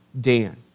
Dan